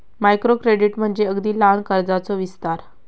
micro credit म्हणजे अगदी लहान कर्जाचो विस्तार